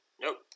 Nope